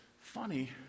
Funny